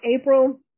April